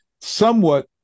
somewhat